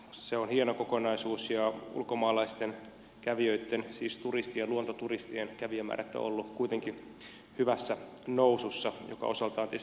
se on hieno kokonaisuus ja ulkomaalaisten kävijöitten siis turistien luontoturistien kävijämäärät ovat olleet kuitenkin hyvässä nousussa mikä osaltaan tietysti tuo meille myöskin matkailutuloja